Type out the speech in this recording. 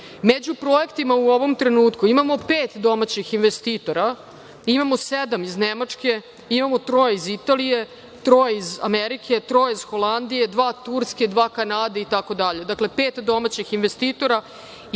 Među projektima u ovom trenutku imamo pet domaćih investitora – imamo sedam iz Nemačke, imamo troje iz Italije, troje iz Amerike, troje iz Holandije, dva iz Turske, dva iz Kanade itd. Dakle, pet domaćih investitora